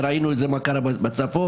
וראינו מה קרה בצפון.